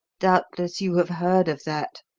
doubtless you have heard of that?